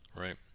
Right